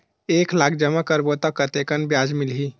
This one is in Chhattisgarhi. एक लाख जमा करबो त कतेकन ब्याज मिलही?